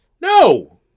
No